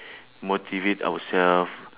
motivate ourselves